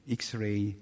x-ray